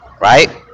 right